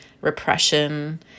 repression